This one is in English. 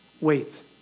wait